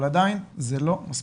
אבל עדיין זה לא מספיק.